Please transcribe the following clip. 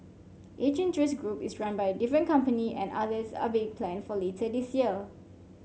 each interest group is run by different company and others are being planned for later this year